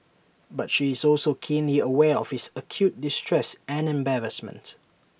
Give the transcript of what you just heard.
but she is also keenly aware of his acute distress and embarrassment